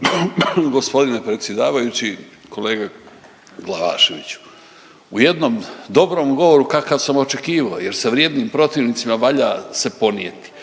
Gospodine predsjedavajući. Kolega Glavaševiću u jednom dobrom govoru kakav sam očekivao jer se vrijednim protivnicima valja se ponijeti,